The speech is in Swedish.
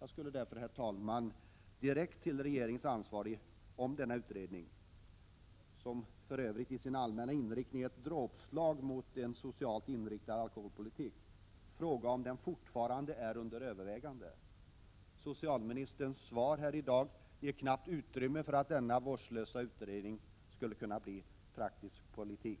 Jag skulle därför, herr talman, direkt vilja fråga regeringens ansvarige om denna utredning — som för övrigt i sin allmänna inriktning är ett dråpslag mot en socialt inriktad alkoholpolitik — fortfarande är under övervägande. Socialministerns svar här i dag ger knappast utrymme för att denna vårdslösa utredning skulle kunna bli praktisk politik.